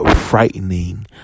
frightening